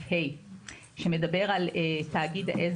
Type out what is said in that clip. כשמדובר בנורמות בנות פועל תחיקתי,